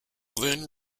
then